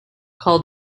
call